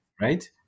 right